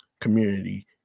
community